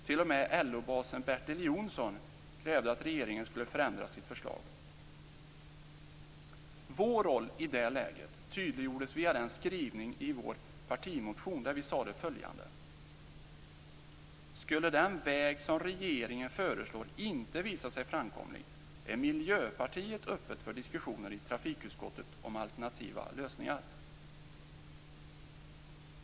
T.o.m. LO-basen Bertil Jonsson krävde att regeringen skulle ändra sitt förslag. Vår roll i det läget tydliggjordes via den skrivning i vår partimotion där vi sade följande: "Skulle den väg som regeringen föreslår inte visa sig framkomlig är Miljöpartiet öppet för diskussioner i trafikutskottet om alternativa lösningar."